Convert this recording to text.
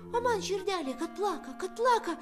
o man širdelė plaka plaka